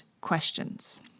questions